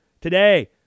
today